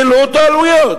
אלה לא אותן עלויות.